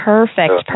Perfect